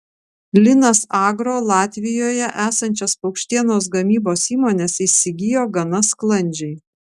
linas agro latvijoje esančias paukštienos gamybos įmones įsigijo gana sklandžiai